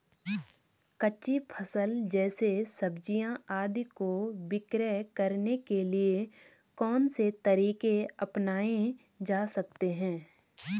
कच्ची फसल जैसे सब्जियाँ आदि को विक्रय करने के लिये कौन से तरीके अपनायें जा सकते हैं?